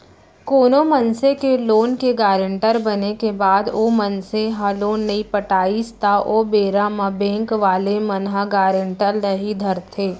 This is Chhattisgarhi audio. कोनो मनसे के लोन के गारेंटर बने के बाद ओ मनसे ह लोन नइ पटाइस त ओ बेरा म बेंक वाले मन ह गारेंटर ल ही धरथे